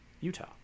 utah